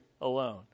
alone